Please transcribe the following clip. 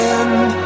end